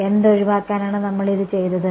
എന്ത് ഒഴിവാക്കാനാണ് നമ്മൾ ഇത് ചെയ്തത്